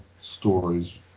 stories